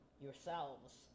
yourselves